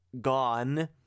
gone